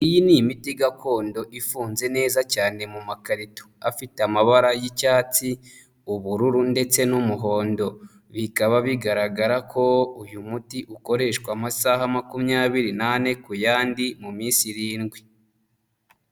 Iyi ni imiti gakondo ifunze neza cyane mu makarito afite amabara y'icyatsi, ubururu ndetse n'umuhondo. Bikaba bigaragara ko uyu muti ukoreshwa amasaha makumyabiri n'ane ku yandi mu minsi irindwi.